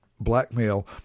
blackmail